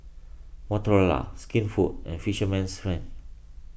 Motorola Skinfood and Fisherman's Friend